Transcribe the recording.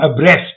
abreast